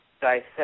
dissect